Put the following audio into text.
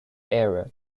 area